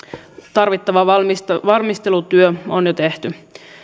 tarvittava valmistelutyö on jo tehty